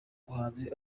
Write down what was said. umuhanzi